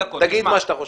תגיד מה שאתה חושב.